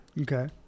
Okay